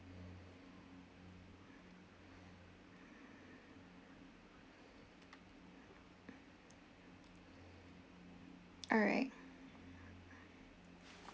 alright